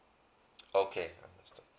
okay